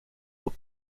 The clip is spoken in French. aux